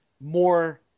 more